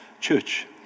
Church